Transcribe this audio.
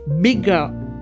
bigger